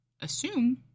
assume